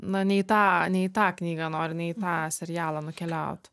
na ne į tą ne į tą knygą nori ne į tą serialą nukeliaut